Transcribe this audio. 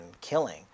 killing